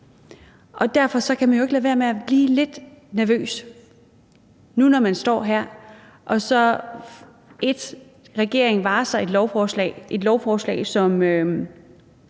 derfor kan man jo ikke lade være med at blive lidt nervøs, når man nu står her, hvor regeringen har varslet et lovforslag, som